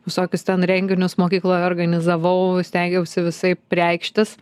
visokius ten renginius mokykloj organizavau stengiausi visaip reikštis